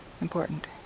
important